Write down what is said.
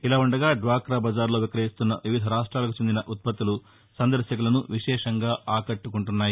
ఇలా ఉండగా డ్వాక్రా బజార్లో విక్రయిస్తున్న వివిధ రాష్ట్రాలకి చెందిన ఉత్పత్తులు సందర్శకులను విశేషంగా ఆకట్టుకుంటున్నాయి